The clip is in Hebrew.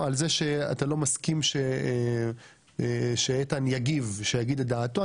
על זה שאתה לא מסכים שאיתן יגיב, שיאמר את דעתו.